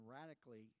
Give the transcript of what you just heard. radically